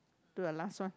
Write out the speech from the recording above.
do a last one